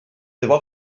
debò